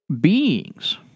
beings